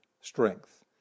strength